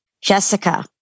Jessica